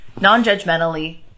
non-judgmentally